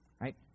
right